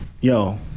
yo